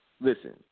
listen